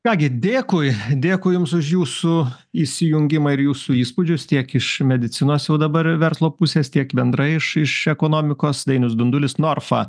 ką gi dėkui dėkuj jums už jūsų įsijungimą ir jūsų įspūdžius tiek iš medicinos o dabar ir verslo pusės tiek bendrai iš iš ekonomikos dainius dundulis norfa